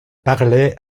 parlait